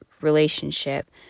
relationship